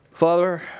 Father